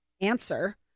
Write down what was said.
answer